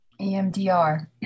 EMDR